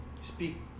speak